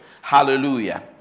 Hallelujah